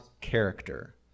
character